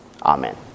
Amen